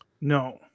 No